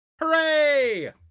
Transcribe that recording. Hooray